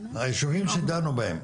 הישובים שדנו בהם,